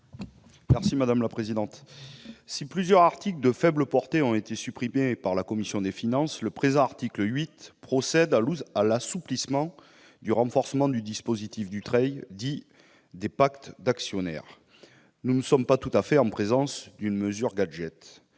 est à M. Fabien Gay. Si plusieurs articles de faible portée ont été supprimés par la commission des finances, le présent article 8 procède à l'assouplissement du renforcement du dispositif Dutreil, dit « des pactes d'actionnaires ». Nous ne sommes pas tout à fait en présence d'une mesure gadget